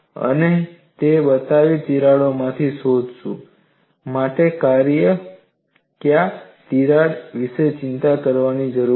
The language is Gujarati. અને મેં બતાવેલી તિરાડોમાંથી શોધો મારે કયા તિરાડ વિશે ચિંતા કરવાની જરૂર છે